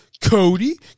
Cody